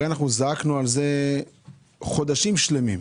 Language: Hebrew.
הרי זעקנו על זה חודשים שלמים,